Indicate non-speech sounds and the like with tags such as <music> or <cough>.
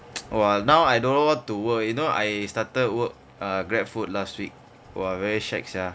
<noise> !wah! now I don't know what to work eh you know I started work err GrabFood last week !wah! very shag sia